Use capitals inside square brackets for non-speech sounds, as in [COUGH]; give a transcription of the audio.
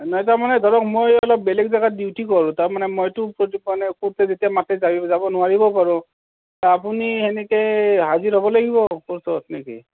এনেই তাৰমানে ধৰক মই অলপ বেলেগ জাগাত ডিউটি কৰোঁ তাৰমানে মইতো [UNINTELLIGIBLE] কৰ্টে যেতিয়া মাতে যায় যাব নোৱাৰিবও পাৰোঁ ত' আপুনি সেনেকৈ হাজিৰ হ'ব লাগিব কৰ্টত নে কি